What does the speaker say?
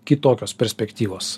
kitokios perspektyvos